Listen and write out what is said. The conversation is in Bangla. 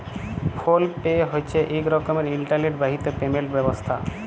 ফোল পে হছে ইক রকমের ইলটারলেট বাহিত পেমেলট ব্যবস্থা